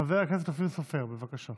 חבר הכנסת אופיר סופר, בבקשה.